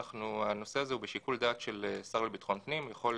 הנושא הזה הוא בשיקול דעת של השר לביטחון פנים,